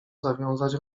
zawiązać